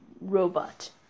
robot